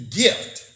gift